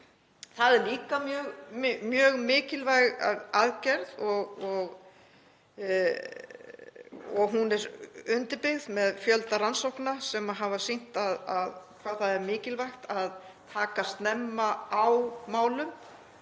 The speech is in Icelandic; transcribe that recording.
Það er líka mjög mikilvæg aðgerð og hún er undirbyggð með fjölda rannsókna sem hafa sýnt hvað það er mikilvægt að taka snemma á málum